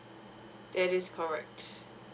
that is correct